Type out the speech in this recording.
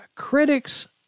Critics